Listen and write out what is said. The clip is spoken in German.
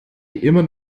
immer